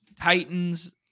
Titans